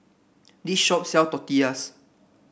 this shop sell Tortillas